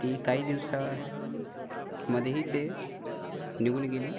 ती काही दिवसामध्येही ते निघून गेली